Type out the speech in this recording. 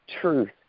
truth